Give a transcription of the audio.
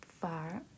far